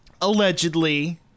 allegedly